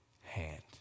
hand